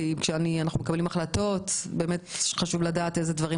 כשאנחנו מקבלים החלטות חשוב לדעת איזה דברים